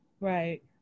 Right